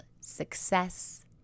success